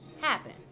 happen